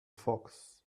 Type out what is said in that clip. fox